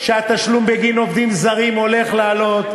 והתשלום בגין עובדים זרים הולך לעלות,